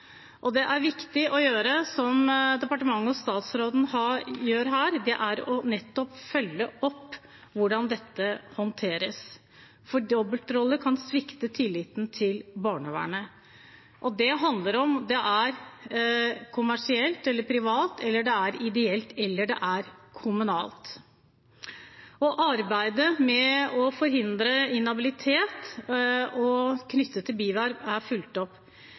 og det er viktig å gjøre som departementet og statsråden gjør her, nettopp å følge opp hvordan dette håndteres. For dobbeltroller kan svekke tilliten til barnevernet, uansett om det er kommersielt, privat, ideelt eller kommunalt. Arbeidet med å forhindre inhabilitet knyttet til bierverv er fulgt opp.